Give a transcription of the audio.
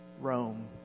Rome